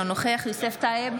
אינו נוכח יוסף טייב,